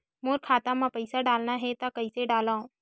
मोर खाता म पईसा डालना हे त कइसे डालव?